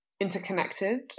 interconnected